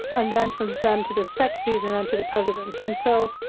and then from some to the secretaries and then to the president. and so,